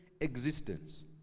existence